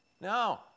No